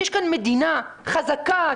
יש כאן מדינה חזקה,